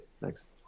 Thanks